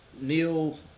Neil